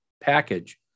package